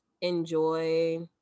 enjoy